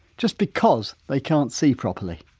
just because they can't see properly.